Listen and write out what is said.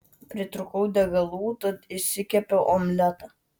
pritrūkau degalų tad išsikepiau omletą